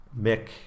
Mick